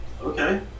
Okay